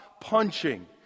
punching